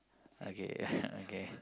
okay